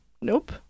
Nope